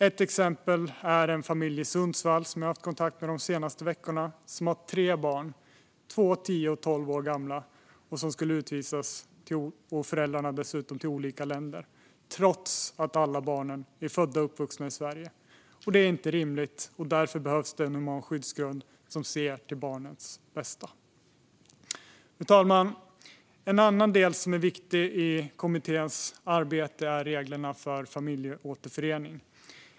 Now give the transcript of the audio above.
Ett exempel är en familj i Sundsvall som jag har haft kontakt med de senaste veckorna. De har tre barn, två, tio och tolv år gamla, och skulle utvisas - föräldrarna dessutom till olika länder - trots att alla barnen är födda och uppvuxna i Sverige. Det är inte rimligt, och därför behövs en human skyddsgrund som ser till barnens bästa. Fru talman! En annan del som är viktig i kommitténs arbete är reglerna för familjeåterförening.